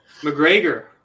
McGregor